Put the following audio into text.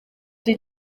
die